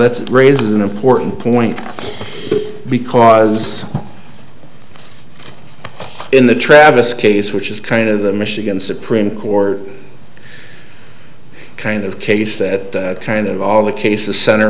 that raises an important point because in the travis case which is kind of the michigan supreme court kind of case that kind of all the cases center